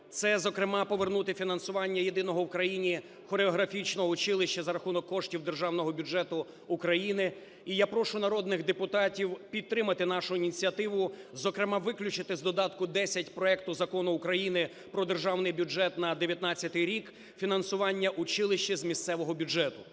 це, зокрема, повернути фінансування єдиного в Україні хореографічного училища за рахунок коштів державного бюджету України. І я прошу народних депутатів підтримати нашу ініціативу, зокрема, виключити з Додатку 10 проекту Закону України "Про Державний бюджет України на 2019 рік" фінансування училища з місцевого бюджету.